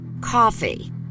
coffee